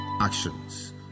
actions